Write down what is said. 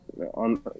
on